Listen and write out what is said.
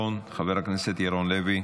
חבר הכנסת ירון לוי,